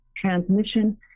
transmission